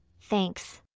thanks